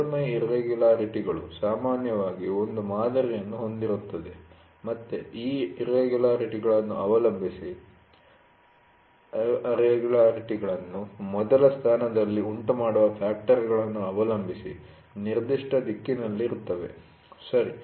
ಮೇಲ್ಮೈ ಇರ್ರೆಗುಲರಿಟಿ'ಗಳು ಸಾಮಾನ್ಯವಾಗಿ ಒಂದು ಮಾದರಿಯನ್ನು ಹೊಂದಿರುತ್ತವೆ ಮತ್ತು ಈ ಇರ್ರೆಗುಲರಿಟಿ'ಗಳನ್ನು ಮೊದಲ ಸ್ಥಾನದಲ್ಲಿ ಉಂಟುಮಾಡುವ ಫ್ಯಾಕ್ಟರ್'ಗಳನ್ನು ಅವಲಂಬಿಸಿ ನಿರ್ದಿಷ್ಟ ದಿಕ್ಕಿನಲ್ಲಿರುತ್ತವೆ ಸರಿ